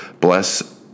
Bless